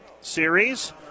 series